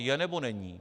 Je, nebo není?